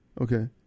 Okay